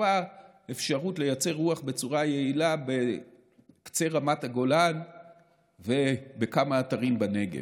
טיפה אפשרות לייצר רוח בצורה יעילה בקצה רמת הגולן ובכמה אתרים בנגב.